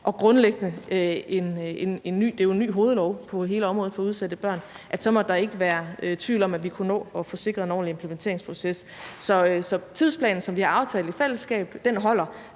lov – det er jo en ny hovedlov – på hele området for udsatte børn, så ikke måtte være tvivl om, at vi kunne nå at få sikret en ordentlig implementeringsproces. Så tidsplanen, som vi har aftalt i fællesskab, holder.